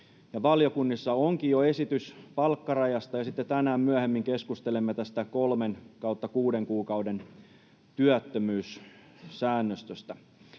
Valiokunnissa onkin jo esitys palkkarajasta, ja sitten tänään myöhemmin keskustelemme tästä kolmen/kuuden kuukauden työttömyyssäännöstöstä.